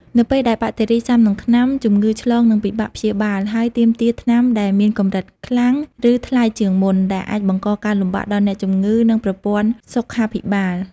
នៅពេលដែលបាក់តេរីស៊ាំនឹងថ្នាំ ជំងឺឆ្លងនឹងពិបាកព្យាបាល ហើយទាមទារថ្នាំដែលមានកម្លាំងខ្លាំង ឬថ្លៃជាងមុន ដែលអាចបង្កការលំបាកដល់អ្នកជំងឺ និងប្រព័ន្ធសុខាភិបាល។